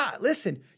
listen